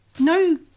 no